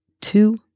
two